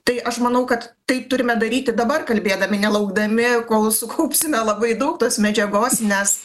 tai aš manau kad tai turime daryti dabar kalbėdami nelaukdami kol sukaupsime labai daug tos medžiagos nes